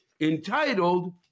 entitled